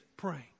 praying